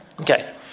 Okay